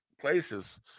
places